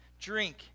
drink